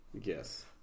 Yes